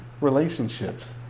relationships